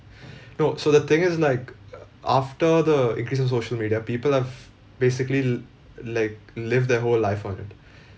no so the thing is like uh after the increase in social media people've basically l~ like lived their whole life on it